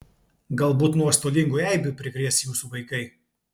galbūt nuostolingų eibių prikrės jūsų vaikai